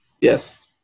Yes